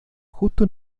justo